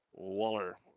Waller